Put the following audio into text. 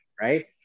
right